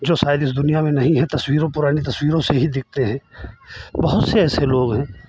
जो शायद इस दुनियाँ में नहीं हैं तस्वीरों पुरानी तस्वीरों से ही दिखते हैं बहुत से ऐसे लोग हैं